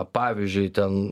pavyzdžiui ten